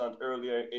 earlier